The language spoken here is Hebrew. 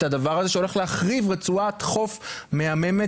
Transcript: הדבר הזה שהולך להחריב רצועת חוף מהמהמת,